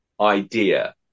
idea